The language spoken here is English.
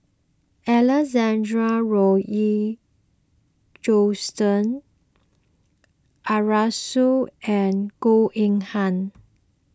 Alexander Laurie Johnston Arasu and Goh Eng Han